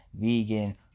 vegan